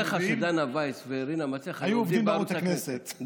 תאר לך שדנה ויס ורינה מצליח היו עובדות בערוץ הכנסת.